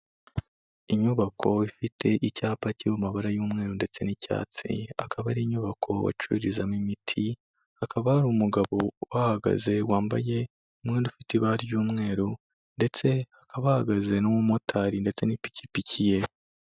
Inyubako ifite icyapa kiri mu mabara y'umweru ndetse n'icyatsi, akaba ari inyubako bacururizamo imiti hakaba hari umugabo uhagaze wambaye umwenda ufite ibara ry'umweru ndetse hakaba hahagaze n'umumotari ndetse n'ipikipiki ye.